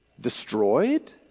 destroyed